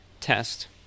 test